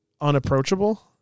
unapproachable